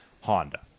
Honda